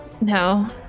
No